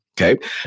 Okay